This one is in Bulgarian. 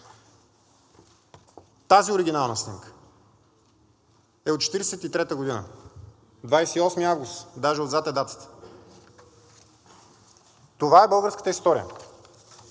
Тази оригинална снимка е от 1943 г., 28 август, даже отзад е датата. Това е българската история.